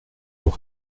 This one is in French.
nous